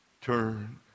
turn